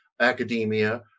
academia